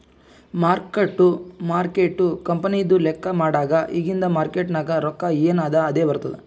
mark to market ಕಂಪನಿದು ಲೆಕ್ಕಾ ಮಾಡಾಗ್ ಇಗಿಂದ್ ಮಾರ್ಕೇಟ್ ನಾಗ್ ರೊಕ್ಕಾ ಎನ್ ಅದಾ ಅದೇ ಬರ್ತುದ್